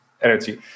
energy